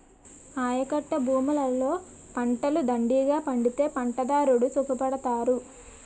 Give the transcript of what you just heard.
ఆయకట్టభూములలో పంటలు దండిగా పండితే పంటదారుడు సుఖపడతారు